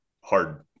hard